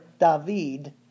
David